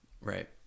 Right